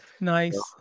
Nice